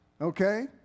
Okay